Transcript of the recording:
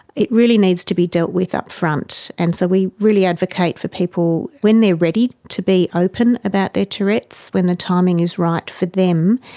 it really needs to be dealt with upfront, and so we really advocate for people when they are ready to be open about their tourette's, when the timing is right for them,